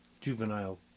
juvenile